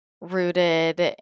rooted